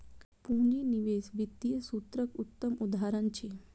पूंजी निवेश वित्तीय सूत्रक उत्तम उदहारण अछि